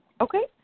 Okay